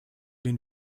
den